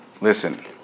Listen